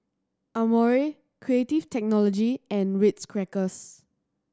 Amore Creative Technology and Ritz Crackers